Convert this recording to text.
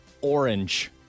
orange